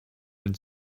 den